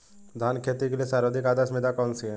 धान की खेती के लिए सर्वाधिक आदर्श मृदा कौन सी है?